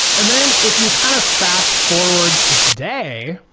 and then if you kind of fast-forward to today,